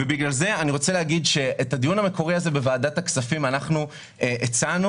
את הדיון המקורי הזה בוועדת הכספים אנחנו הצענו.